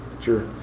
Sure